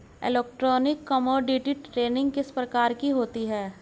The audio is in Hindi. इलेक्ट्रॉनिक कोमोडिटी ट्रेडिंग किस प्रकार होती है?